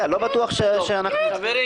טוב, לא בטוח שאנחנו --- בעיה.